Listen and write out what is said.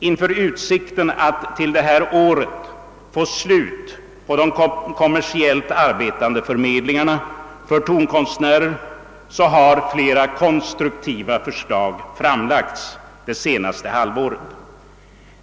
Inför utsikten att till detta år få ett slut på de kommersiellt arbetande förmedlingarna för tonkonstnärer har flera konstruktiva förslag lagts fram under det senaste halvåret.